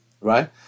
right